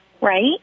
right